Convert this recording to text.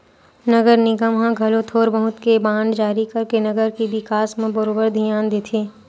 नगर निगम ह घलो थोर बहुत के बांड जारी करके नगर के बिकास म बरोबर धियान देथे